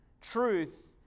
Truth